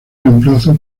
reemplazo